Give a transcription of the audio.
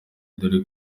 dore